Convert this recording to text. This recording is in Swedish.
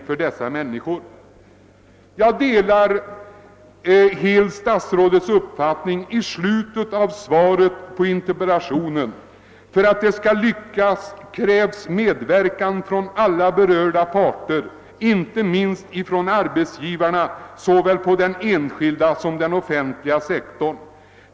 Jag delar helt den uppfattning, som statsrådet framfört i slutet av sitt svar på min interpellation: »För att det skall lyckas krävs medverkan från alla berörda parter, inte minst från arbetsgivarna såväl på den enskilda som på den offentliga sektorn.